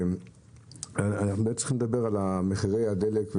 אנחנו צריכים לדבר על מחירי הדלק,